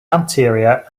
anterior